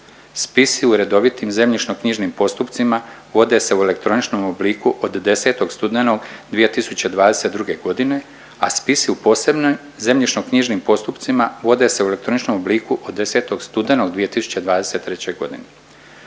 Spisi u redovitim zemljišno-knjižnim postupcima vode se u elektroničnom obliku od 10. studenog 2022.g., a spisi u posebnim zemljišno-knjižnim postupcima vode se u elektroničnom obliku od 10. studenog 2023.g..